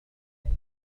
عليه